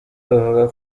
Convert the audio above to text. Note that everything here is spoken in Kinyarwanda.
bavuga